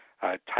type